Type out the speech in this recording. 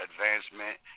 advancement